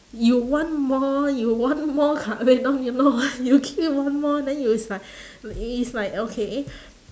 you want more you want more kabedon you know you keep one more then you is like i~ is like okay